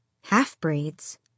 Half-breeds